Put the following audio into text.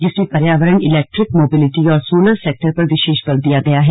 जिसमें पर्यावरण electric mobility और सोलर सेक्टर पर विशेष बल दिया गया है